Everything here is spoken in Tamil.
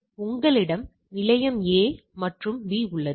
உங்களிடம் நிலையம் A மற்றும் B உள்ளது